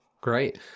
great